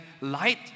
light